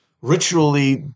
ritually